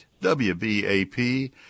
WBAP